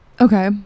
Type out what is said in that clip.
Okay